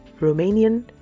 Romanian